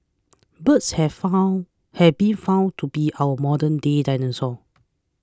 birds have found have been found to be our modern day dinosaurs